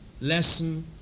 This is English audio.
lesson